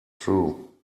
true